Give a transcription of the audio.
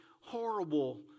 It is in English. horrible